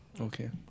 okay